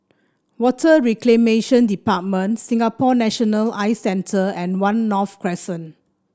Water Reclamation Department Singapore National Eye Centre and One North Crescent